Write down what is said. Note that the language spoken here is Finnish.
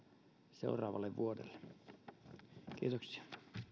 seuraavalle vuodelle kiitoksia